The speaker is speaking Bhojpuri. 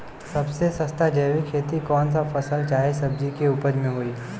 सबसे सस्ता जैविक खेती कौन सा फसल चाहे सब्जी के उपज मे होई?